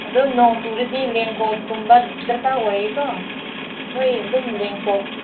ꯑꯗꯨ ꯅꯣꯡ ꯆꯨꯔꯥꯗꯤ ꯔꯦꯟ ꯀꯣꯠꯀꯨꯝꯕ ꯗꯔꯀꯥꯔ ꯑꯣꯏꯌꯦꯀꯣ ꯍꯣꯏ ꯑꯗꯨꯝ ꯔꯦꯟ ꯀꯣꯠ